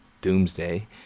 Doomsday